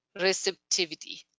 receptivity